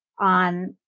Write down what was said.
on